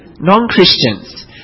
non-Christians